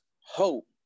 hope